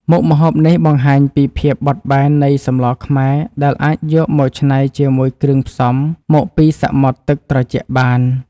មុខម្ហូបនេះបង្ហាញពីភាពបត់បែននៃសម្លខ្មែរដែលអាចយកមកច្នៃជាមួយគ្រឿងផ្សំមកពីសមុទ្រទឹកត្រជាក់បាន។